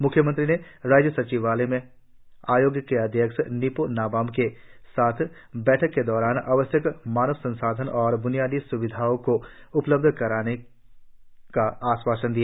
म्ख्यमंत्री ने राज्य सचिवालय में आयोग के अध्यक्ष निपो नाबम के साथ बैठक के दौरान आवश्यक मानव संसाधनों और ब्नियादी स्विधाओं को उपलब्ध कराने का आश्वासन दिया